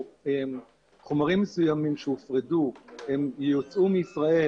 חומרים מסוימים שיופרדו וייוצאו מישראל